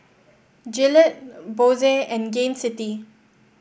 Gillette Bose and Gain City